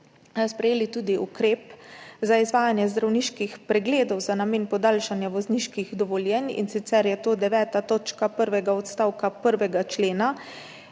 sprejeli tudi ukrep za izvajanje zdravniških pregledov za namen podaljšanja vozniških dovoljenj, in sicer je to 9. točka prvega odstavka 1. člena,